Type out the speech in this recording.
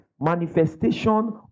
manifestation